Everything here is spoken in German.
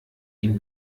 ihn